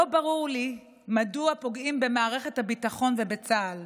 לא ברור לי מדוע פוגעים במערכת הביטחון ובצה"ל.